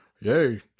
Yay